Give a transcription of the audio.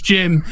Jim